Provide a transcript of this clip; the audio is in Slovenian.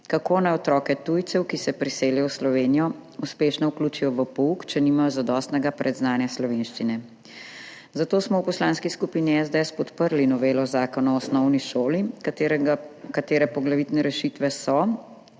kako naj otroke tujcev, ki se priselijo v Slovenijo, uspešno vključijo v pouk, če nimajo zadostnega predznanja slovenščine. Zato smo v Poslanski skupini SDS podprli novelo Zakona o osnovni šoli, katere poglavitne rešitve so,